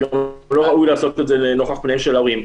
זה גם לא ראוי לעשות את זה לנוכח פניהם של ההורים,